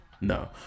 no